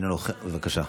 בבקשה.